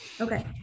Okay